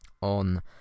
on